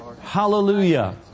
Hallelujah